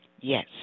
Yes